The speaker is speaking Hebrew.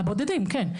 הבודדים, כן.